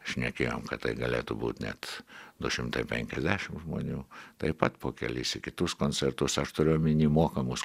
šnekėjom kad tai galėtų būt net du šimtai penkiasdešim žmonių taip pat po kelis į kitus koncertus aš turiu omeny mokamus